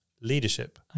leadership